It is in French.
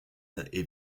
est